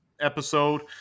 episode –